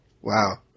wow